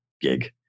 gig